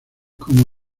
como